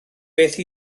beth